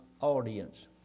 audience